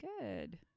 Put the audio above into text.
good